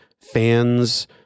fans